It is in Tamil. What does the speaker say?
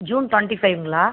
June twenty ஃபைவ்ங்களா